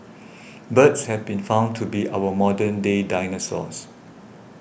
birds have been found to be our modern day dinosaurs